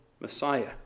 Messiah